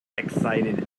excited